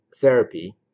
therapy